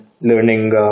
learning